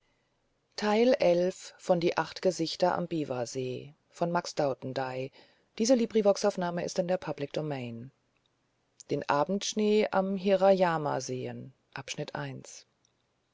den abendschnee am hirayama